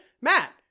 Matt